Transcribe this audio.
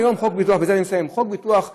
בזה אני מסיים, חוק ביטוח הבריאות,